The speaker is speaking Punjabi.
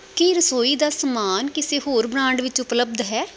ਕੀ ਰਸੋਈ ਦਾ ਸਮਾਨ ਕਿਸੇ ਹੋਰ ਬ੍ਰਾਂਡ ਵਿੱਚ ਉਪਲੱਬਧ ਹੈ